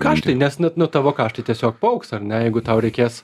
kaštai nes net na tavo kaštai tiesiog paaugs ar ne jeigu tau reikės